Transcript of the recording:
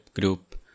group